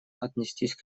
отнестись